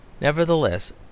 nevertheless